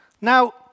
Now